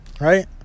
right